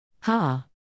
Ha